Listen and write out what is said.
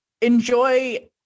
enjoy